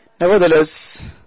Nevertheless